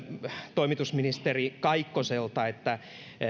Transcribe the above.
toimitusministeri kaikkoselta